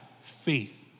faith